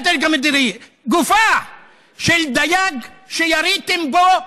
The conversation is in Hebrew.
(אומר בערבית: מה לדרג המדיני?) גופה של דייג שיריתם בו,